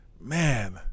man